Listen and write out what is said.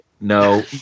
No